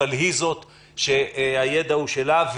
אבל היא זאת שהידע הוא שלה.